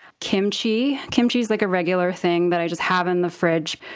kimchi kimchi is like a regular thing that i just have in the fridge.